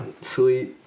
Sweet